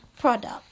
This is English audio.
product